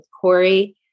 Corey